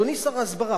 אדוני שר ההסברה,